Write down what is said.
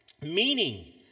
meaning